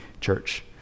Church